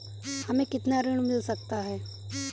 हमें कितना ऋण मिल सकता है?